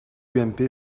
ump